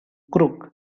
crook